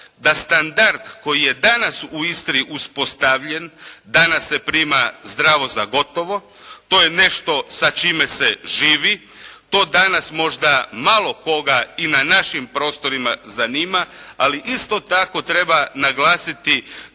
da standard koji je danas u Istri uspostavljen, danas se prima zdravo za gotovo, to je nešto sa čime se živi, to danas možda malo koga i na našim prostorima zanima, ali isto tako treba naglasiti